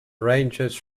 ranges